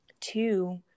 Two